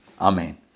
Amen